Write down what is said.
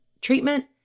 treatment